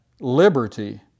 liberty